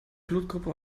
blutgruppe